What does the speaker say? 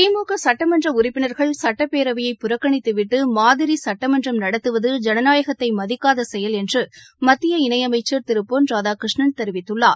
திமுக சுட்டமன்ற உறுப்பினர்கள் சுட்டப்பேரவையை புறக்கணித்துவிட்டு மாதிரி சுட்டமன்றம் நடத்துவது ஜனநாயகத்தை மதிக்காத செயல் என்று மத்திய இணையமைச்சள் திரு பொன் ராதாகிருஷ்ணன் தெரிவித்துள்ளார்